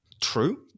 true